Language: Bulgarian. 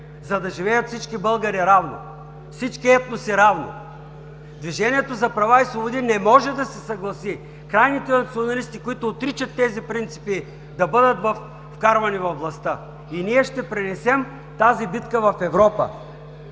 за да живеят всички българи равно, всички етноси равно! Движението за права и свободи не може да се съгласи крайните националисти, които отричат тези принципи, да бъдат вкарвани във властта! И ние ще пренесем тази битка в Европа!